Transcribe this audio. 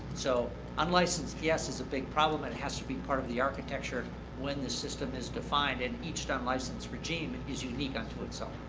so unlicensed yes, is a big problem and has to be part of the architecture when the system is defined, and each unlicensed regime and is unique unto itself.